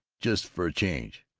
just for a change?